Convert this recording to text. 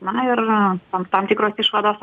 na ir tam tam tikros išvados